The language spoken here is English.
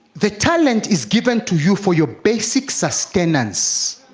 the talent is given to you for your basic sustenance